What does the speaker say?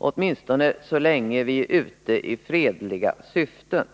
—i varje fall så länge vi är ute i fredliga syften.